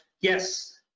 yes